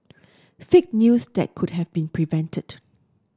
fake news that could have been prevented